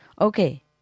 Okay